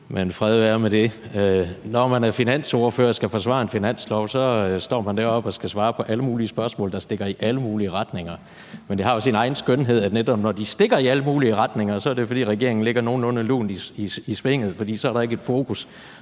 Men fred være med det. Når man er finansordfører og skal forsvare en finanslov, står man deroppe og skal svare på alle mulige spørgsmål, der stikker i alle mulige retninger, men det har jo sin egen skønhed, at netop når de stikker i alle mulige retninger, er det, fordi regeringen ligger nogenlunde lunt i svinget, for så er der ikke fokus